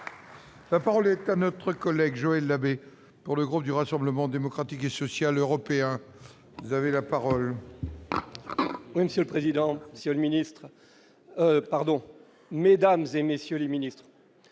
La parole est à notre collègue Joël Labbé pour le groupe du Rassemblement démocratique et social européen, vous avez la parole. Oui, Monsieur le Président, si ministre, pardon mesdames et messieurs les Ministres,